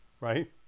right